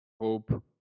Hope